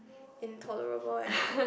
intolerable leh